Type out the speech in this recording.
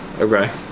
Okay